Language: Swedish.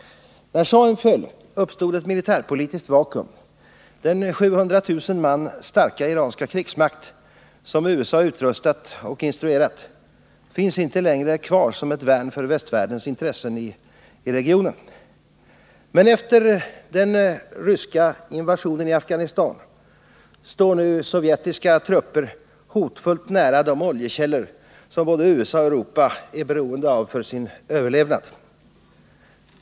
När schahen föll uppstod ett militärpolitiskt vakuum. Den 700 000 man starka iranska krigsmakt som USA utrustat och instruerat finns inte längre kvar som ett värn för västvärldens intressen i regionen. Efter den ryska invasionen i Afghanistan står nu sovjetiska trupper hotfullt nära de oljekällor som både USA och Europa är beroende av för sin överlevnad.